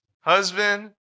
husband